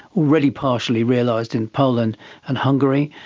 already partially realised in poland and hungary.